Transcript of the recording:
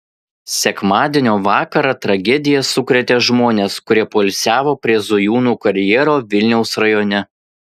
sekmadienio vakarą tragedija sukrėtė žmones kurie poilsiavo prie zujūnų karjero vilniaus rajone